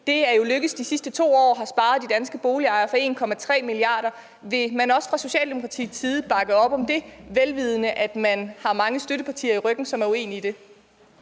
Det er jo lykkedes de sidste 2 år og har sparet de danske boligejere for 1,3 mia. kr. Vil man også fra Socialdemokratiets side bakke op om det, vel vidende, at man har mange støttepartier i ryggen, som er uenige i det?